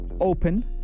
Open